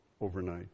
overnight